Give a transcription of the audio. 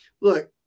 look